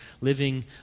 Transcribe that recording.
living